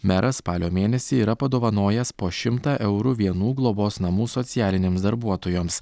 meras spalio mėnesį yra padovanojęs po šimtą eurų vienų globos namų socialinėms darbuotojoms